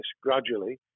gradually